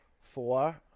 four